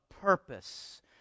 purpose